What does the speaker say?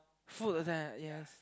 foods and yes